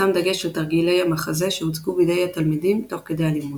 שם דגש על תרגילי-המחזה שהוצגו בידי התלמידים תוך כדי הלימוד.